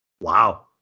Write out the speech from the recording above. Wow